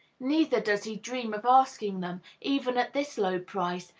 neither does he dream of asking them, even at this low price,